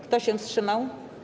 Kto się wstrzymał?